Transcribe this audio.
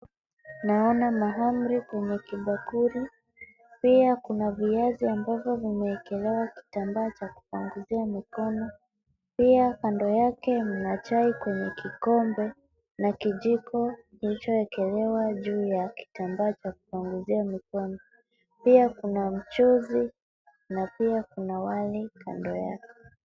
Naona mahamri kwenye kibakuli. Pia kuna viazi ambavyo vimeekelewa kitambaa cha kupanguzia mikono, pia kando yake mna chai kwenye kikombe na kijiko kilichoekelewa juu ya kitambaa cha kupanguzia mikono. Pia kuna mchuzi na pia kuna wali kando yake.